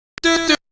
do